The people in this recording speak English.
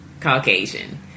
Caucasian